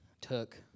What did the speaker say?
took